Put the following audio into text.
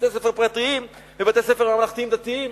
בתי-ספר פרטיים ובתי-ספר ממלכתיים-דתיים.